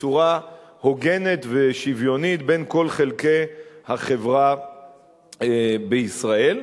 בצורה הוגנת ושוויונית בין כל חלקי החברה בישראל.